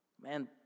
Man